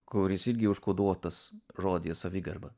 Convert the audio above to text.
kuris irgi užkoduotas žodyje savigarba